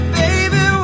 baby